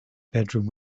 bedroom